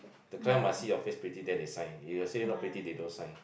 the client must see your face pretty then they sign if they see not pretty they don't sign